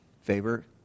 Favor